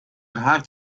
hart